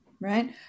Right